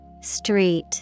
Street